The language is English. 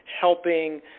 helping